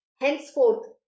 henceforth